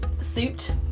suit